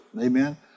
Amen